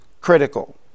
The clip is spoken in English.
critical